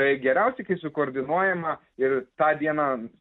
tai geriausiai kai sukoordinuojama ir tą dieną